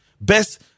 best